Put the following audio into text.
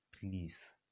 Please